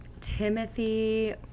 Timothy